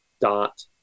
dot